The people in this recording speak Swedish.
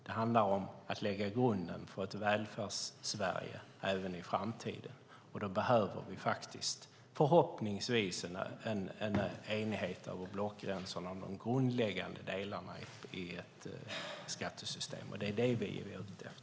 Det handlar om att lägga grunden för ett Välfärdssverige även i framtiden, och då behöver vi faktiskt en enighet över blockgränserna om de grundläggande delarna i ett skattesystem. Det är det vi är ute efter.